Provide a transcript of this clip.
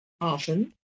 often